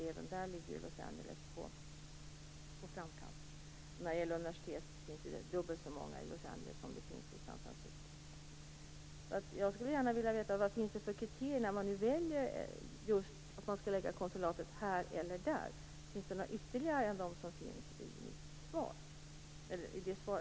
Även där ligger Los Angeles framme. Det finns dubbelt så många universitet i Los Angeles som i San Vad finns det för kriterier när man bestämmer att ett konsulat skall ligga här eller där? Finns det ytterligare än de som gavs i statsrådets svar?